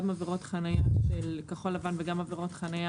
גם עבירות חניה של כחול לבן וגם עבירות חניה